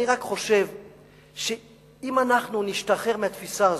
אני רק חושב שאם אנחנו נשתחרר מהתפיסה הזאת,